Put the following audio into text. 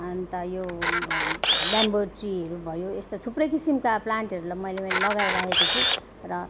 अन्त यो बम्बो ट्रीहरू भयो यस्तो थुप्रै किसिमका प्लान्टहरूलाई मैले मैले लगाएर राखेको छु र